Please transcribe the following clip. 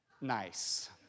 nice